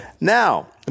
Now